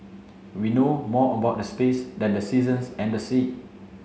we know more about the space than the seasons and the sea